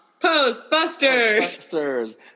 Postbusters